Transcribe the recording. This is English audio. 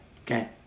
okay